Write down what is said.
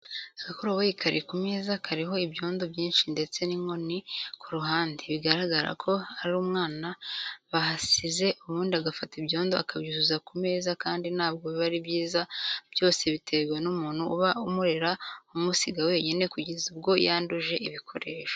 Agakoroboyi kari ku meza kariho ibyondo byinshi ndetse n'inkoni ku ruhande, bigaragara ko ari umwana bahasize ubundi agafata ibyondo akabyuzuza ku meza kandi ntabwo biba ari byiza. Byose biterwa n'umuntu uba umurera umusiga wenyine kugeza ubwo yanduje ibikoresho.